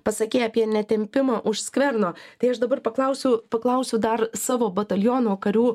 pasakei apie netempimą už skverno tai aš dabar paklausiu paklausiu dar savo bataliono karių